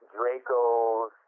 draco's